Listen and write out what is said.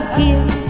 kiss